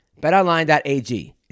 betonline.ag